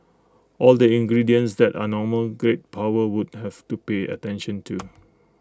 all the ingredients that are normal great power would have to pay attention to